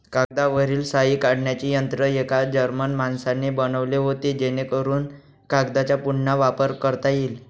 कागदावरील शाई काढण्याचे यंत्र एका जर्मन माणसाने बनवले होते जेणेकरून कागदचा पुन्हा वापर करता येईल